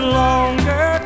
longer